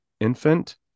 infant